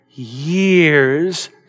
years